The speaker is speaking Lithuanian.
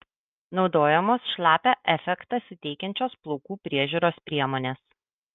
naudojamos šlapią efektą suteikiančios plaukų priežiūros priemonės